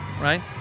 right